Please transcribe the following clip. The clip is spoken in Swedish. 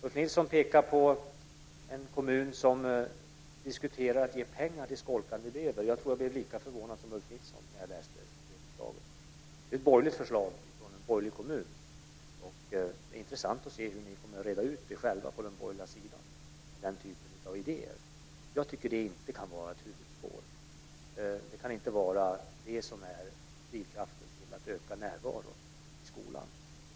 Ulf Nilsson pekar på en kommun som diskuterar att ge pengar till skolkande elever. Jag tror att jag blev lika förvånad som Ulf Nilsson när jag läste om förslaget. Det är ett borgerligt förslag i en borgerligt styrd kommun. Det ska bli intressant att se hur ni på den borgerliga sidan själva kommer att reda ut den typen av idéer. Jag tycker inte att detta kan vara ett huvudspår. Det kan inte vara det som är drivkraften till att öka närvaron i skolan.